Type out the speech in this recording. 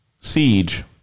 Siege